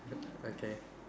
okay